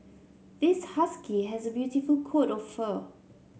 this husky has a beautiful coat of fur